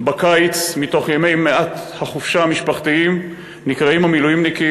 בקיץ מתוך ימי מעט החופשה המשפחתיים נקראים המילואימניקים,